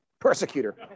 persecutor